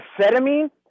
Amphetamine